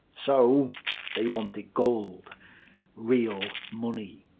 so they wanted gold real money.